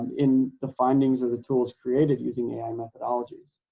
in the findings of the tools created using ai methodologies.